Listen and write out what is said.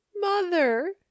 mother